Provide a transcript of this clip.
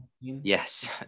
Yes